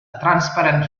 transparent